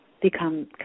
become